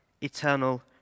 eternal